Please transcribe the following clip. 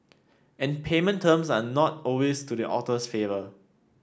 and payment terms are not always to the author's favour